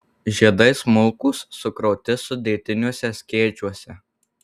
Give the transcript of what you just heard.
žiedai smulkūs sukrauti sudėtiniuose skėčiuose